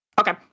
Okay